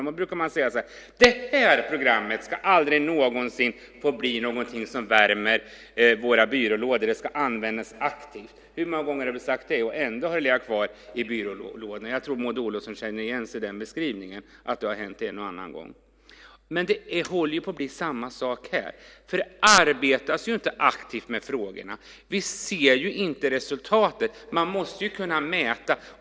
Man brukar säga: Det här programmet ska aldrig någonsin få bli något som värmer våra byrålådor. Det ska användas aktivt. Hur många gånger har vi sagt det, och ändå har det legat kvar i byrålådorna? Jag tror att Maud Olofsson känner igen sig i den beskrivningen, att det har hänt en och en annan gång. Det håller på att bli samma sak här. Det arbetas inte aktivt med frågorna. Vi ser inte resultatet. Man måste kunna mäta.